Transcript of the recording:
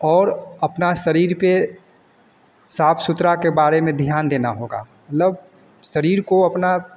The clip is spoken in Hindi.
और अपना शरीर पर साफ सुथरा के बारे में ध्यान देना होगा मतलब शरीर को अपने